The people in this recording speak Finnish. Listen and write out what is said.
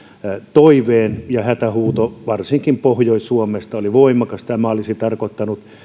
toiveen ja hätähuuto varsinkin pohjois suomesta oli voimakas tämä olisi tarkoittanut